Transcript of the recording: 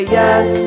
yes